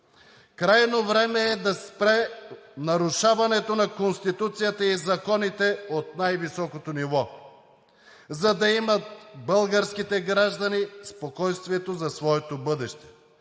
Крайно време е да спре нарушаването на Конституцията и законите от най високото ниво, за да имат българските граждани спокойствието за своето бъдеще